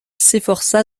s’efforça